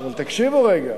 תקשיבו רגע: